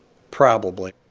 probably.